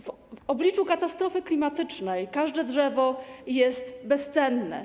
W obliczu katastrofy klimatycznej każde drzewo jest bezcenne.